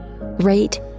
rate